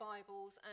Bibles